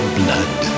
blood